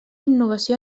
innovació